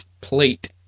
plate